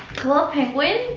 club penguin?